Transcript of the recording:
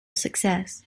success